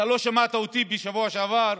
אתה לא שמעת אותי בשבוע שעבר,